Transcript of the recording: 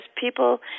people